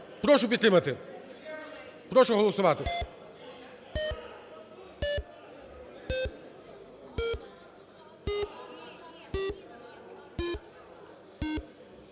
Прошу підтримати. Прошу голосувати.